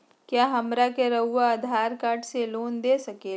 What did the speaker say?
क्या हमरा के रहुआ आधार कार्ड से लोन दे सकेला?